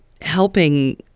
helping